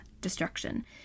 destruction